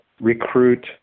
recruit